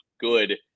good